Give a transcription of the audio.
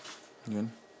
then